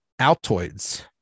altoids